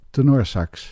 Tenorsax